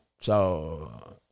So